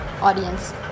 audience